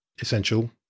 essential